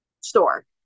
store